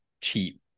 cheap